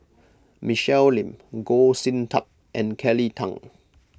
Michelle Lim Goh Sin Tub and Kelly Tang